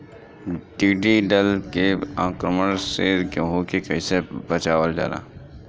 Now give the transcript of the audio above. टिडी दल के आक्रमण से गेहूँ के कइसे बचावल जाला?